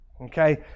Okay